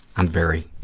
i'm very,